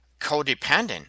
Codependent